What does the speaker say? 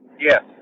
Yes